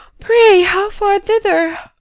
pray, how far thither?